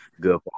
good